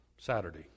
saturday